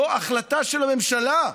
זו החלטה של הממשלה.